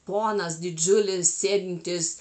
ponas didžiulis sėdintis